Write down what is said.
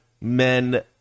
men